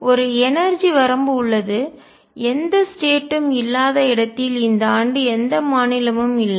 எனவே ஒரு எனர்ஜிஆற்றல் வரம்பு உள்ளது எந்த ஸ்டேட் ம் இல்லாத இடத்தில் இந்த ஆண்டு எந்த மாநிலமும் இல்லை